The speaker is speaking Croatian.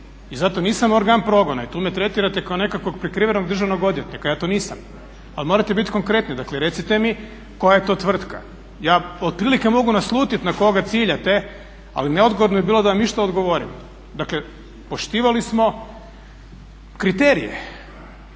I zato nisam organ progona i tu me tretirate kao nekakvog prikrivenog državnog odvjetnika, ja to nisam. Ali morate biti konkretni, dakle recite mi koja je to tvrtka. Ja otprilike mogu naslutit na koga ciljate, ali neodgodno je bilo da vam išta odgovorim. Dakle, poštivali smo kriterije.